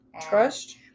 Trust